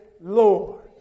Lord